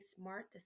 smart